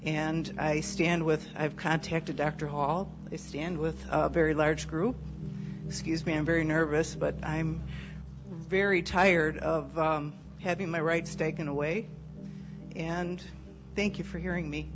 and i stand with i have contacted dr hall they stand with very large group excuse me i am very nervous but i'm very tired of having my rights taken away and thank you for hearing me